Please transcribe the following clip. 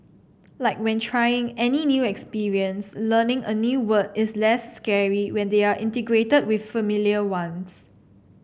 like when trying any new experience learning a new word is less scary when they are integrated with familiar ones